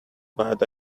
bad